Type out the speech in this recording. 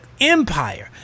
empire